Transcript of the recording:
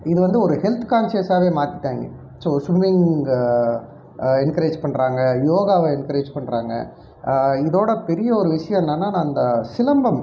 இது வந்து ஒரு ஹெல்த் கான்ஷியஸாகவே மாத்திட்டாங்க ஸோ ஸ்விம்மிங்கு என்கரேஜ் பண்ணுறாங்க யோகாவை என்கரேஜ் பண்ணுறாங்க இதோடய பெரிய ஒரு விஷயம் என்னன்னால் நான் அந்த சிலம்பம்